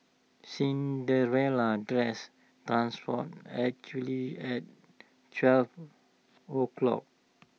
Cinderella's dress transformed actually at twelve o'clock